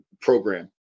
program